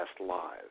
live